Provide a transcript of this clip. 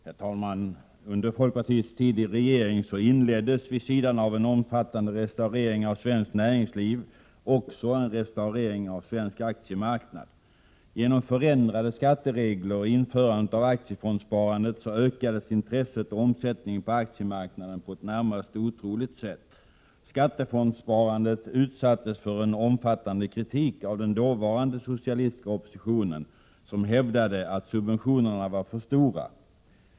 Herr talman! Under folkpartiets tid i regering inleddes vid sidan av en omfattande restaurering av svenskt näringsliv också en restaurering av svensk aktiemarknad. Genom förändrade skatteregler och införandet av aktiefondssparandet ökades intresset och omsättningen på aktiemarknaden på ett närmast otroligt sätt. Skattefondssparandet utsattes för en omfattande kritik av den dåvarande socialistiska oppositionen, som hävdade att subventionerna var för stora.